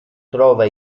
trova